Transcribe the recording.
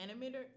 animator